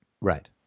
Right